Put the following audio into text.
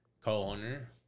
co-owner